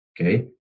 okay